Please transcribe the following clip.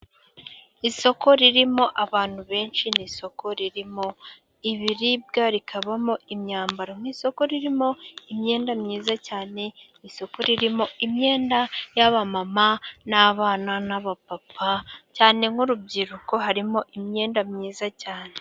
Isoko ririmo abantu benshi, ni isoko ririmo ibiribwa, rikabamo imyambaro, n'isoko ririmo imyenda myiza cyane, isoko ririmo imyenda y'abamama n'abana, n'abapapa, cyane nk'urubyiruko, harimo imyenda myiza cyane.